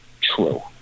true